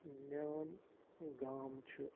میون گام چھُ